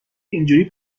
اینجوری